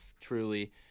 truly